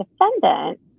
defendant